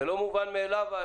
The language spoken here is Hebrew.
זה לא מובן מאליו.